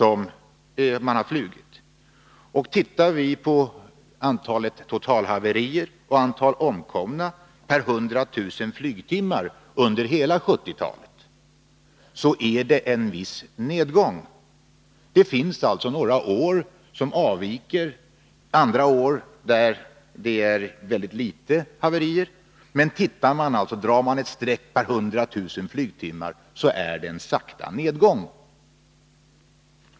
Vi kan då konstatera att antalet totalhaverier och antalet omkomna per 100 000 flygtimmar under hela 1970-talet har gått ned. Några år ökar antalet haverier, andra år är haverierna få. Men drar man ett streck vid 100 000 flygtimmar är det alltså en sakta nedgång.